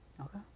Okay